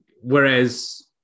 Whereas